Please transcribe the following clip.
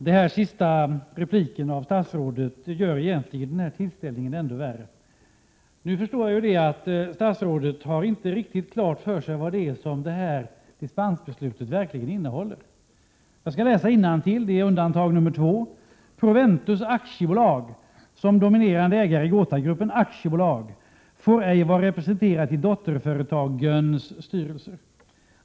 Herr talman! Statsrådets senaste replik gör egentligen den här tillställningen ännu värre. Nu förstår jag att statsrådet inte riktigt har klart för sig vad dispensbeslutet egentligen innehåller. Jag skall läsa innantill undantag nr 2: ”Proventus AB som dominerande ägare i GotaGruppen AB får ej vara representerat i dotterföretagens styrelser”.